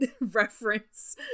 reference